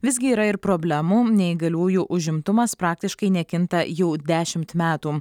visgi yra ir problemų neįgaliųjų užimtumas praktiškai nekinta jau dešimt metų